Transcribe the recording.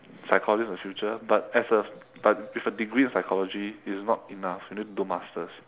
psychologist in the future but as a but with a degree in psychology it's not enough you need to do masters